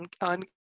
on